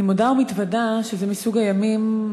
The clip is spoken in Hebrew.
אני מודה ומתוודה שזה מסוג הימים,